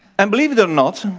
and believe it or not,